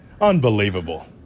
Unbelievable